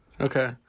Okay